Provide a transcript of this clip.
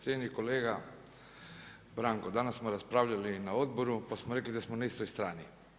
Cijenjeni kolega Branko, danas smo raspravljali na odboru, pa smo rekli da smo na istoj strani.